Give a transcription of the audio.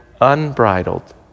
unbridled